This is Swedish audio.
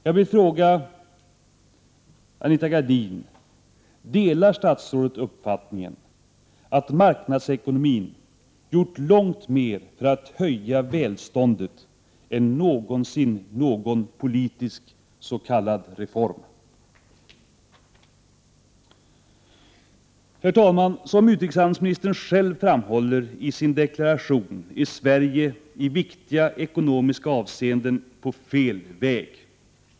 Jag vill fråga Anita Gradin: Delar statsrådet uppfattningen att marknadsekonomin gjort långt mer för att höja välståndet än någonsin någon politisk s.k. reform? Herr talman! Som utrikeshandelsministern själv framhåller i sin deklaration är Sverige i viktiga ekonomiska avseenden på fel väg.